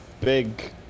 big